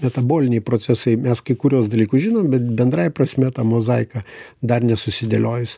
metaboliniai procesai mes kai kuriuos dalykus žinom bet bendrąja prasme ta mozaika dar nesusidėliojus